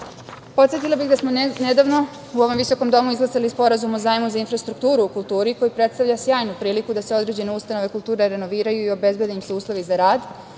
evra. Podsetila bih da smo nedavno u ovom visokom domu izglasali Sporazum o zajmu za infrastrukturu u kulturi koji predstavlja sjajnu priliku da se određene ustanove kulture renoviraju i obezbede im se uslovi za rad,